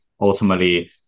ultimately